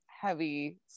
heavy